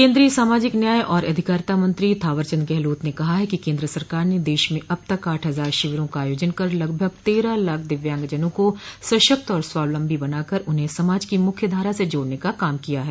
केन्द्रीय सामाजिक न्याय और अधिकारिता मंत्री थावर चंद गहलोत ने कहा है कि केन्द्र सरकार ने देश में अब तक आठ हजार शिविरों का आयोजन कर लगभग तेरह लाख दिव्यांगजनों को सशक्त और स्वावलंबी बनाकर उन्हें समाज की मुख्य धारा से जोड़ने का काम किया है